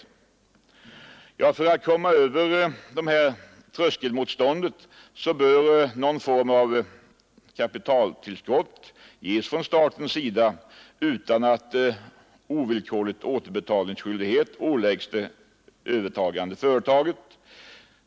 För att man skall komma över detta tröskelmotstånd bör någon form av kapitaltillskott ges från statens sida utan att ovillkorlig återbetalningsskyldighet åläggs det övertagande företaget.